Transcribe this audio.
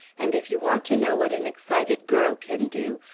and if you want to know what an excited girl can do,